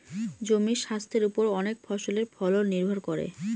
জমির স্বাস্থের ওপর অনেক ফসলের ফলন নির্ভর করে